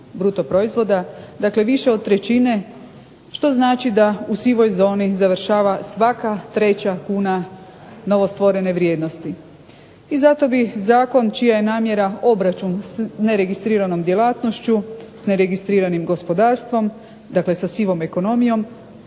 bruto proizvoda, dakle više od trećine. Što znači da u sivoj zoni završava svaka treća kuna novostvorene vrijednosti. I zato bi zakon čija je namjera obračun s neregistriranom djelatnošću, s neregistriranim gospodarstvom, dakle sa sivom ekonomijom